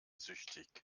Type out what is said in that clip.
süchtig